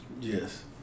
Yes